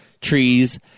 trees